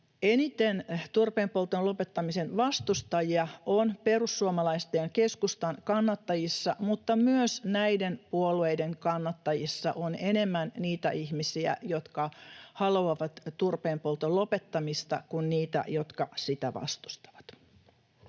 Eniten turpeenpolton lopettamisen vastustajia on perussuomalaisten ja keskustan kannattajissa, mutta myös näiden puolueiden kannattajissa on enemmän niitä ihmisiä, jotka haluavat turpeenpolton lopettamista, kuin niitä, jotka sitä vastustavat.